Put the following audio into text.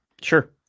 Sure